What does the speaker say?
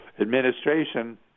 administration